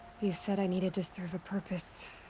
you said i needed to serve a purpose.